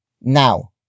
now